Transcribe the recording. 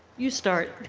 you start